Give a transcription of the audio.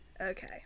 Okay